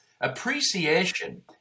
Appreciation